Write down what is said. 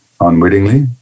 Unwittingly